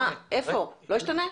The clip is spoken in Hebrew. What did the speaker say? לא ישתנה?